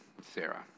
Sarah